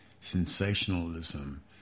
sensationalism